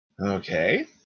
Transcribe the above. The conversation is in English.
okay